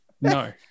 no